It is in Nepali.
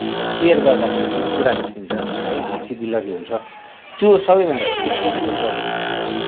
सेयर गर्दाखेरि जुन कुरा निस्किन्छ है हाँसी दिल्लगी हुन्छ त्यो सबैभन्दा ठुलो खुसीको पल हुन जाँदछ